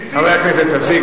תודה.